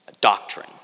doctrine